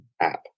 app